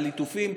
הליטופים,